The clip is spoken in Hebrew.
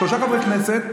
שלושה חברי כנסת,